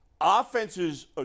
offenses